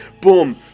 boom